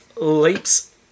leaps